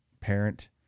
parent